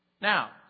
Now